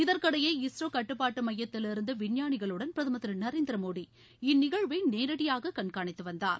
இதற்கிடையே இஸ்ரோ கட்டுப்பாட்டு மையத்திவிருந்து விஞ்ஞானிகளுடன் பிரதமர் திரு நரேந்திர மோடி இந்நிகழ்வை நேரடியாக கண்காணித்து வந்தார்